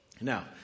Now